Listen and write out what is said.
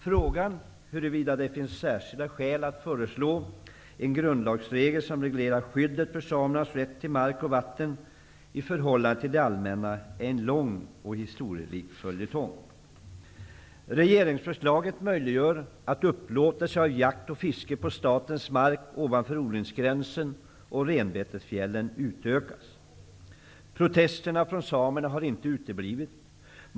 Frågan huruvida det finns särskilda skäl att föreslå en grundlagsregel som reglerar skyddet för samernas rätt till mark och vatten i förhållande till det allmänna, är en lång och historierik följetong. Regeringsförslaget möjliggör att upplåtelse av jakt och fiske på statens mark ovanför odlingsgränsen och renbetesfjällen utökas. Protesterna från samerna har inte uteblivit.